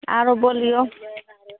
आरो बोलियौ